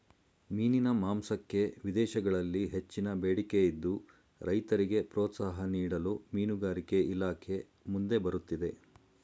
ಮೀನಿನ ಮಾಂಸಕ್ಕೆ ವಿದೇಶಗಳಲ್ಲಿ ಹೆಚ್ಚಿನ ಬೇಡಿಕೆ ಇದ್ದು, ರೈತರಿಗೆ ಪ್ರೋತ್ಸಾಹ ನೀಡಲು ಮೀನುಗಾರಿಕೆ ಇಲಾಖೆ ಮುಂದೆ ಬರುತ್ತಿದೆ